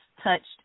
touched